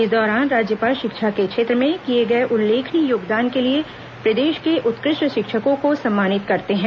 इस दौरान राज्यपाल शिक्षा के क्षेत्र में किए गए उल्लेखनीय योगदान के लिए प्रदेश के उत्कृष्ट शिक्षकों को सम्मानित करते हैं